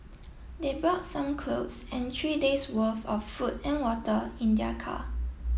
they brought some clothes and three days worth of food and water in their car